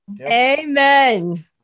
Amen